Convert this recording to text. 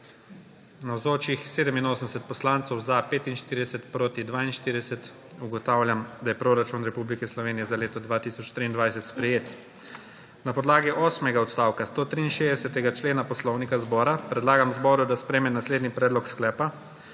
42. (Za je glasovalo 45.)(Proti 42.) Ugotavljam, da je proračun Republike Slovenije za leto 2023 sprejet. Na podlagi osmega odstavka 163. člena Poslovnika Državnega zbora predlagam zboru, da sprejme naslednji predlog sklepa: